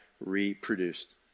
reproduced